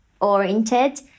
oriented